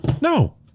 No